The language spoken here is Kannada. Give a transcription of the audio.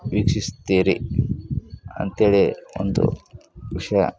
ವೀಕ್ಷಿಸ್ತೀರಿ ಅಂತೇಳಿ ಒಂದು ವಿಷಯ